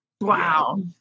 Wow